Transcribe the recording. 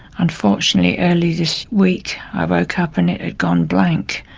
unfortunately early this week i woke up and it had gone blank,